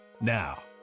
Now